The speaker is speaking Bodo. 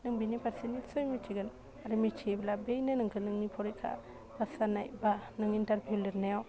नों बेनि फारसे निस्सय मिथिगोन आरो मिथियोब्ला बैनो नोंखो नोंनि फरेखा फास जानाय बा नों इनटारभिउ लिरनायाव